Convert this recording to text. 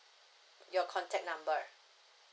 your contact number